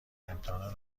امتحان